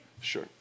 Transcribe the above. Sure